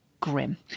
grim